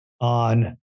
on